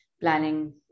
planning